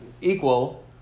equal